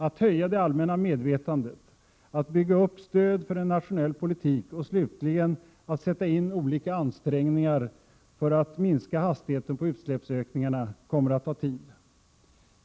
Att höja det allmänna medvetandet, att bygga upp stöd för en nationell politik och slutligen att sätta in olika ansträngningar för att minska hastigheten på utsläppsökningarna, kommer att ta tid.